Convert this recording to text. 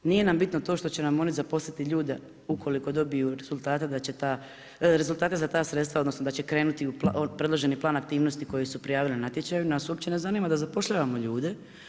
Nije nam bitno to što će nam oni zaposliti ljude ukoliko dobiju rezultate za ta sredstva odnosno da će krenuti u predloženi plan aktivnosti koji su prijavili na natječaju, nas uopće ne zanima da zapošljavamo ljude.